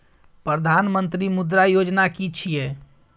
प्रधानमंत्री मुद्रा योजना कि छिए?